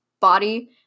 body